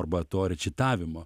arba to rečitavimo